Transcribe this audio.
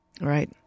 Right